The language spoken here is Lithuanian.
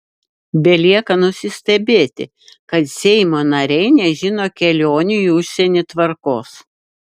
belieka nusistebėti kad seimo nariai nežino kelionių į užsienį tvarkos